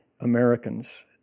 Americans